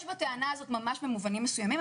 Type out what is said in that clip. יש בטענה הזו ממש במובנים מסוימים,